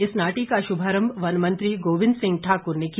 इस नाटी का शुभारंभ वन मंत्री गोविंद सिंह ठाकुर ने किया